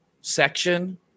section